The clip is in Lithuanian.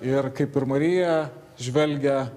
ir kaip ir marija žvelgia